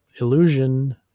illusion